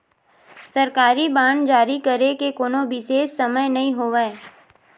सरकारी बांड जारी करे के कोनो बिसेस समय नइ होवय